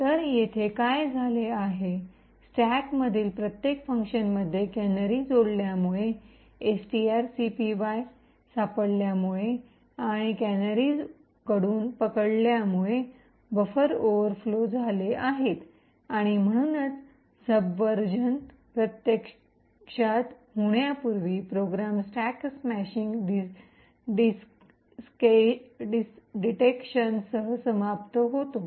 तर येथे काय झाले आहे स्टॅकमधील प्रत्येक फंक्शनमध्ये कॅनरी जोडल्यामुळे एसटीआरसीपीवाय सापडल्यामुळे आणि कॅनरीस कडून पकडल्यामुळे बफर ओव्हरफ्लो झाले आहे आणि म्हणूनच सबवर्जन प्रत्यक्षात होण्यापूर्वी प्रोग्राम स्टॅक स्मॅशिंग डिटेक्शनसह समाप्त होतो